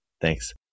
Thanks